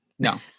No